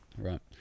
Right